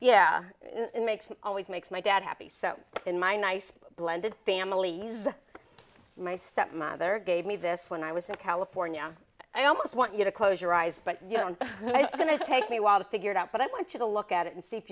yeah it makes always makes my dad happy so in my nice blended family my stepmother gave me this when i was in california i almost want you to close your eyes but you don't wanna take me awhile to figure it out but i want you to look at it and see if